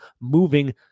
moving